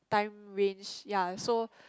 time range ya so